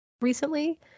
recently